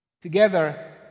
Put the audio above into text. Together